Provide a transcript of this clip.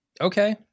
Okay